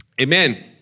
Amen